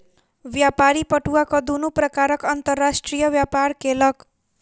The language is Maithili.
व्यापारी पटुआक दुनू प्रकारक अंतर्राष्ट्रीय व्यापार केलक